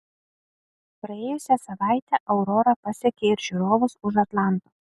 praėjusią savaitę aurora pasiekė ir žiūrovus už atlanto